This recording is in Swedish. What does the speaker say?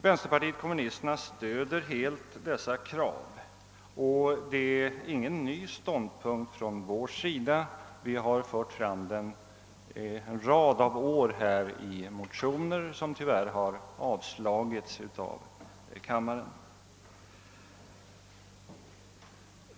Vänsterpartiet kommunisterna stöder helt dessa krav, och det är ingen ny ståndpunkt från vår sida — vi har fört fram den en rad av år i motioner som tyvärr har avslagits av kammaren.